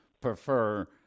prefer